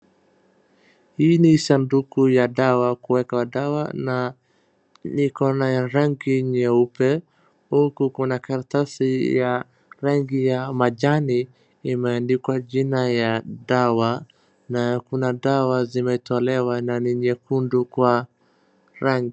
Hii ni sanduku ya dawa kuwekwa dawa na iko na rangi nyeupe huku kuna karatasi ya rangi ya majani imeandikwa jina ya dawa na kuna dawa zimetolewa na ni nyekundu kwa rangi.